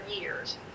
years